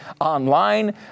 online